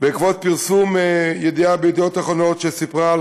בעקבות פרסום ידיעה ב"ידיעות אחרונות" שסיפרה על